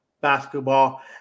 basketball